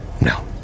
No